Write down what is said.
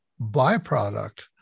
byproduct